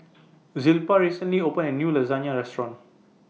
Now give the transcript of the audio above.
Zilpah recently opened A New Lasagne Restaurant